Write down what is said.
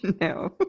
No